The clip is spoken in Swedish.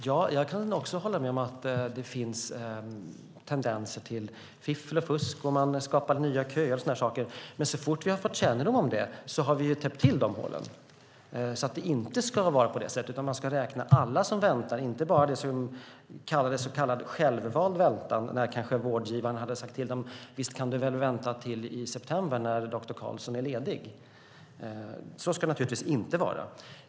Fru talman! Jag kan hålla med om att det finns tendenser till fiffel och fusk. Man skapade nya köer och sådana saker. Men så fort vi har fått kännedom om något sådant har vi täppt till hålen. Det ska inte vara på det här sättet, utan man ska räkna alla som väntar. Jag tänker på så kallad självvald väntan. Vårdgivaren har kanske sagt: Visst kan du väl vänta till i september när doktor Karlsson är ledig. Så ska det naturligtvis inte vara.